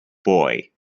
boy